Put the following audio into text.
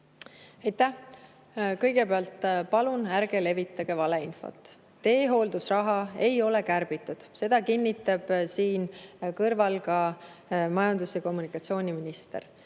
Aitäh! Kõigepealt, palun ärge levitage valeinfot. Teehooldusraha ei ole kärbitud, seda kinnitab siin kõrval ka majandus- ja taristuminister.